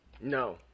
No